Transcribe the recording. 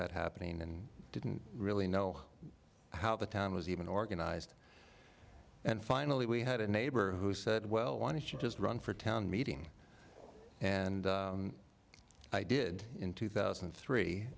that happening and i didn't really know how the town was even organized and finally we had a neighbor who said well want to just run for town meeting and i did in two thousand and three